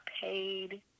paid